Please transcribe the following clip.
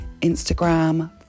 Instagram